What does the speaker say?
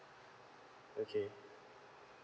okay